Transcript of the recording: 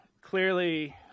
clearly